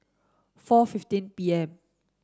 four fifteen P M